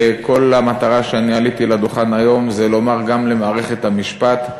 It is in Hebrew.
כל המטרה שלשמה עליתי לדוכן היום זה לומר גם למערכת המשפט: